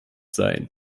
sein